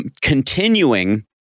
continuing